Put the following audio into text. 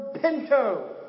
Pinto